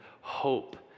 Hope